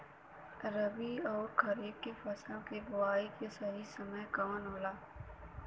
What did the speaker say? रबी अउर खरीफ के फसल के बोआई के सही समय कवन होला?